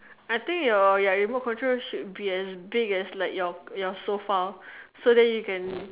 I think your your remote control should be as big as like your sofa so you can